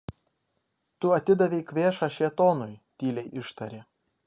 tu atidavei kvėšą šėtonui tyliai ištarė